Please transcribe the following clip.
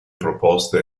proposte